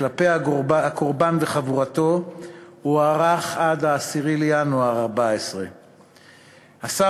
כלפי הקורבן וחבורתו הוארך עד 10 בינואר 2014. השר